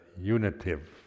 unitive